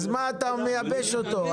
אז מה אתה מייבש אותו?